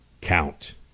count